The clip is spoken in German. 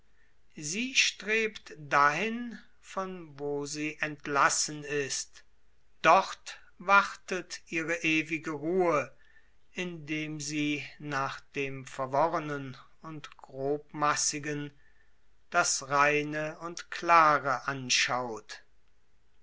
sie strebt dahin von wo sie entlassen ist dort wartet ihre ewige ruhe indem sie nach dem verworrenen und grobmassigen das reine und klare anschaut